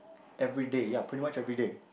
everyday ya pretty much everyday